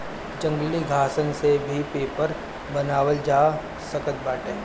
जंगली घासन से भी पेपर बनावल जा सकत बाटे